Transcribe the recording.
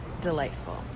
delightful